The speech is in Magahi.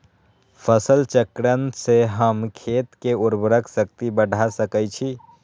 फसल चक्रण से हम खेत के उर्वरक शक्ति बढ़ा सकैछि?